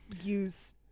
use